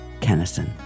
Kennison